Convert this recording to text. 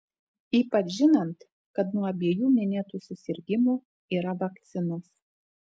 ypač žinant kad nuo abiejų minėtų susirgimų yra vakcinos